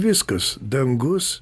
viskas dangus